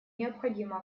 необходимо